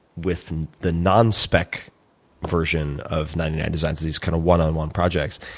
with the non-spec version of ninety nine designs, these kind of one-on-one projects.